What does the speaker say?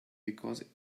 because